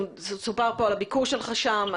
סיפרו כאן על הביקור שלך שם,